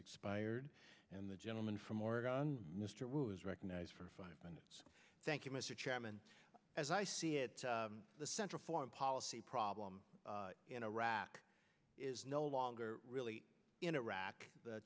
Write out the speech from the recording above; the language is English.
expired and the gentleman from oregon mr wu is recognized for five minutes thank you mr chairman as i see it the central foreign policy problem in iraq is no longer really in iraq the